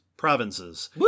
provinces